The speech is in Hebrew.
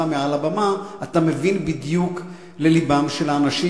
מעל הבמה אתה מבין בדיוק ללבם של האנשים.